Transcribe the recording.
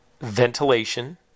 ventilation